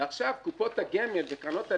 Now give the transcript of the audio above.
ועכשיו קופות הגמל וקרנות הנאמנות,